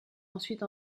ensuite